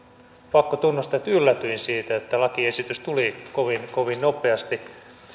pakko tunnustaa että yllätyin siitä että lakiesitys tuli kovin kovin nopeasti